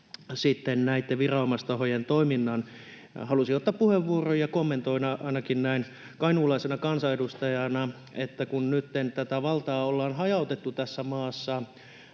näitten viranomaistahojen toiminnan. Halusin ottaa puheenvuoron ja kommentoida ainakin näin kainuulaisena kansanedustajana, että kun nytten valtaa ollaan hajautettu tässä maassa